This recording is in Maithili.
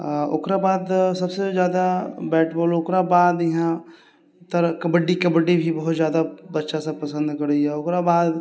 ओकराबाद सभसँ जादा बैट बॉल ओकराबाद इहाँ तर कबड्डी कबड्डी भी बहुत ज्यादा बच्चासभ पसन्द करैए ओकराबाद